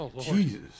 jesus